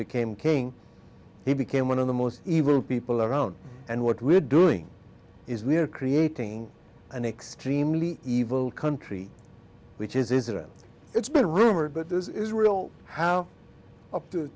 became king he became one of the most evil people around and what we're doing is we're creating an extremely evil country which is that it's been rumored but israel how up to